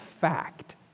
fact